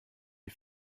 die